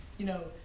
you know,